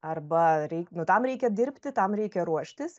arba reik nu tam reikia dirbti tam reikia ruoštis